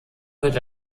wird